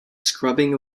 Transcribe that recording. scrubbing